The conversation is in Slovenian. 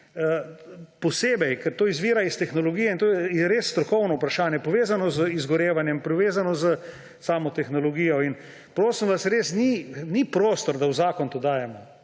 posebej, ker to izvira iz tehnologije, in to je res strokovno vprašanje, povezano z izgorevanjem, povezano s samo tehnologijo. Prosim vas, res ni prostor, da to dajemo